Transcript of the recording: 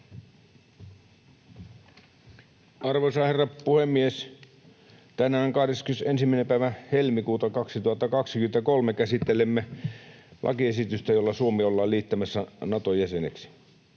Arvoisa herra puhemies! Tänään 21. päivä helmikuuta 2023 käsittelemme lakiesitystä, jolla Suomi ollaan liittämässä Naton jäseneksi.